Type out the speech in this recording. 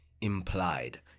implied